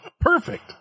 Perfect